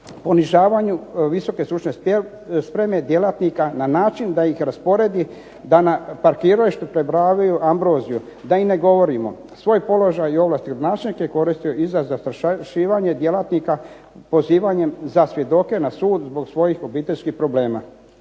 ponižavanju visoke stručne spreme djelatnika na način da ih rasporedi da na parkiralištu prebrojavaju ambroziju, da i ne govorimo, svoj položaj i ovlasti …/Ne razumije se./… koristio i za zastrašivanje djelatnika pozivanjem za svjedoke na sud zbog svojih obiteljskih problema.